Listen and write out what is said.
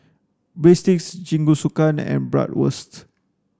Breadsticks Jingisukan and Bratwurst